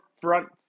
front